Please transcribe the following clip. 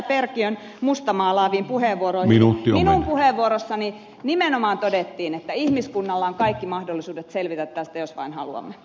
perkiön mustamaalaaviin puheenvuoroihin minun puheenvuorossani nimenomaan todettiin että ihmiskunnalla on kaikki mahdollisuudet selvitä tästä jos vain haluamme